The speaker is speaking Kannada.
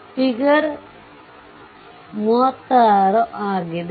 ಫಿಗರ್ 36 ಆಗಿದೆ